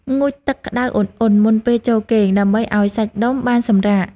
ងូតទឹកក្ដៅឧណ្ហៗមុនពេលចូលគេង ដើម្បីឱ្យសាច់ដុំបានសម្រាក។